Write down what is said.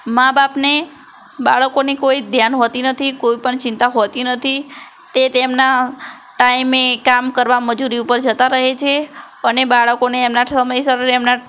મા બાપને બાળકોની કોઈ જ ધ્યાન હોતી નથી કોઈપણ ચિંતા હોતી નથી તે તેમના ટાઈમે કામ કરવા મજૂરી ઉપર જતાં રહે છે અને બાળકોને એમનાં એમનાં